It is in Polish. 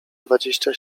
dwadzieścia